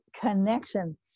connection